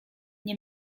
nie